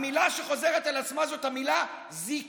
המילה שחוזרת על עצמה היא המילה "זיקה".